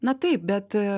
na taip bet